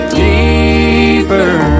deeper